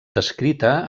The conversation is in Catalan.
descrita